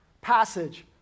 passage